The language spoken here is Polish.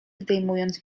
zdejmując